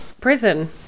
prison